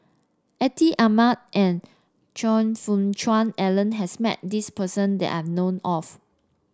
Atin Amat and Choe Fook Cheong Alan has met this person that I known of